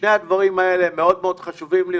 שני הדברים האלה מאוד מאוד חשובים לי,